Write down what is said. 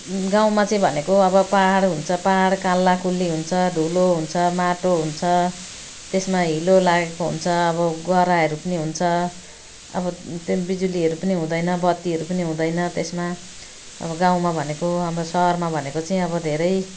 गाउँमा चाहिँ भनेको अब पहाड हुन्छ पहाड कान्ला कुन्ली हुन्छ धुलो हुन्छ माटो हुन्छ त्यसमा हिलो लागेको हुन्छ अब गह्राहरू पनि हुन्छ अब त्यो बिजुलीहरू पनि हुँदैन बत्तीहरू पनि हुँदैन त्यसमा अब गाउँमा भनेको अब सहरमा भनेको चाहिँ अब धेरै